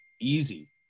easy